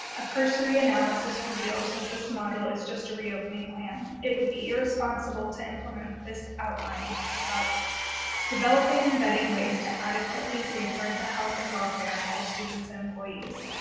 a cursory analysis reveals that this model is just a reopening plan, it would be irresponsible to implement this outline without developing and vetting ways to adequately safeguard the health and welfare of all students and employees.